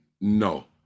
No